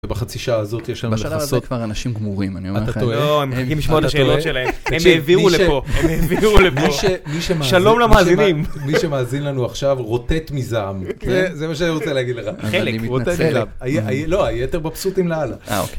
ובחצי שעה הזאת יש לנו לחסות. בשלב הזה כבר אנשים גמורים, אני אומר לך. אתה טועה? הם יישמעו את השאלות שלהם, הם יביאו לפה, הם יביאו לפה. מי שמאזין לנו עכשיו רוטט מזעם, זה מה שאני רוצה להגיד לך. חלק, אני מתנצל. לא, היתר בבסוטים לאללה. אה, אוקיי.